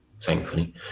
thankfully